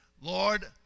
Lord